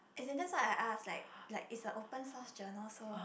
and then that's why I asked like like it's an open source journal so